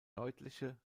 deutliche